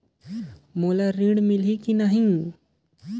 मोला ऋण मिलही की नहीं?